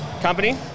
Company